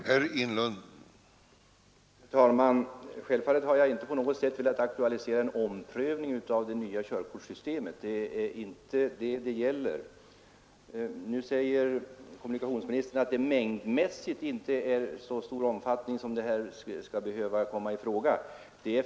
Herr talman! Självfallet har jag inte på något sätt velat aktualisera en omprövning av det nya körkortssystemet. Min interpellation gäller inte det. Kommunikationsministern säger att den här utbildningen inte skall behöva komma i fråga i så stor omfattning.